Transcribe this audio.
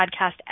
podcast